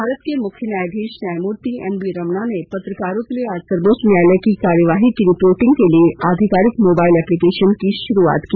भारत के मुख्य न्यायाधीश न्यायमूर्ति एन वी रमणा ने पत्रकारों के लिए आज सर्वोच्च न्यायालय की कार्यवाही की रिपोर्टिंग के लिए आधिकारिक मोबाइल एप्लिकेशन की शुरूआत की